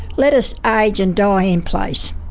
let us age and die in place.